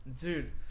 dude